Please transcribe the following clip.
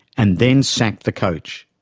and then sacked the coach.